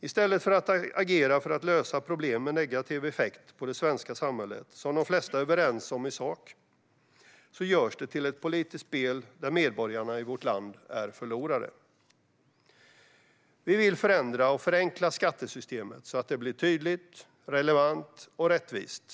I stället för att agera för att lösa problem med negativ effekt på det svenska samhället, som de flesta är överens om i sak, görs det till ett politiskt spel där medborgarna i vårt land är förlorare. Vi vill förändra och förenkla skattesystemet så att det blir tydligt, relevant och rättvist.